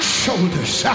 shoulders